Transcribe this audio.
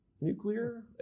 nuclear